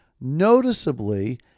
noticeably